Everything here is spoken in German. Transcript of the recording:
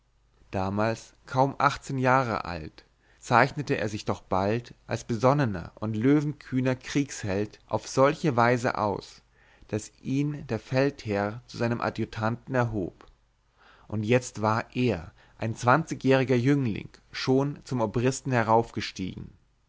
damals kaum achtzehn jahre alt zeichnete er sich doch bald als besonnener und löwenkühner kriegsheld auf solche weise aus daß ihn der feldherr zu seinem adjutanten erhob und jetzt war er ein zwanzigjähriger jüngling schon zum obristen